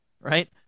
right